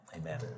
Amen